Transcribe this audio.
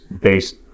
based